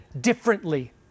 differently